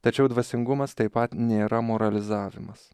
tačiau dvasingumas taip pat nėra moralizavimas